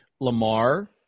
Lamar